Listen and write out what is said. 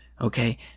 Okay